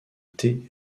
thé